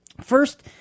first